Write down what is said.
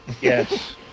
Yes